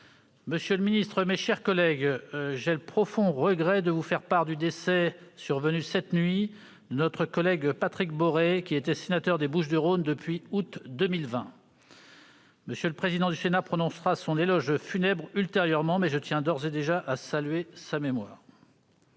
Monsieur le garde des sceaux, mes chers collègues, j'ai le profond regret de vous faire part du décès, survenu cette nuit, de notre collègue Patrick Boré, qui était sénateur des Bouches-du-Rhône depuis août 2020. M. le président du Sénat prononcera son éloge funèbre ultérieurement, mais je tiens d'ores et déjà à saluer sa mémoire.